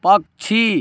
पक्षी